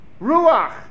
Ruach